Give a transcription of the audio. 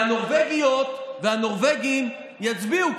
והנורבגיות והנורבגים יצביעו,